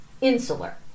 insular